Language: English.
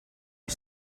you